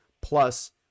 plus